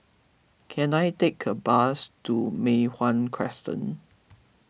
can I take a bus to Mei Hwan Crescent